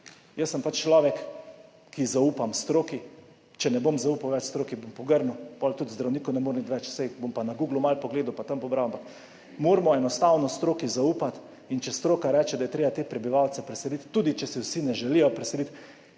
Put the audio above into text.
Jaz sem pač človek, ki zaupa stroki. Če ne bom več zaupal stroki, bom pogrnil, potem tudi zdravniku ne morem iti več, saj bom pa na Googlu malo pogledal pa tam pobral. Enostavno moramo stroki zaupati. Če stroka reče, da je treba te prebivalce preseliti, tudi če se ne želijo vsi preseliti,